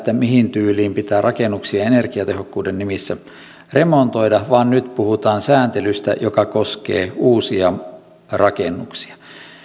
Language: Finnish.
mihin tyyliin pitää rakennuksia energiatehokkuuden nimissä remontoida vaan nyt puhutaan sääntelystä joka koskee uusia rakennuksia